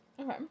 Okay